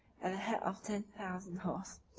at the head of ten thousand horse,